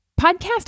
Podcast